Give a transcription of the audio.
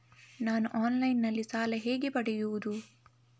ನಾನು ಆನ್ಲೈನ್ನಲ್ಲಿ ಸಾಲ ಹೇಗೆ ಪಡೆಯುವುದು?